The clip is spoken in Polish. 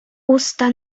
usta